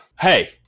Hey